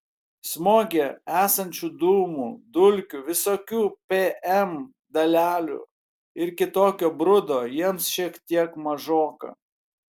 smoge esančių dūmų dulkių visokių pm dalelių ir kitokio brudo jiems šiek tiek mažoka